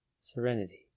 serenity